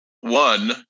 one